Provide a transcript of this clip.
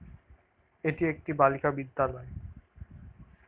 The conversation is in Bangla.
এটি একটি বালিকা বিদ্যালয়